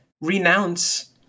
renounce